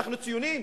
אנחנו ציונים.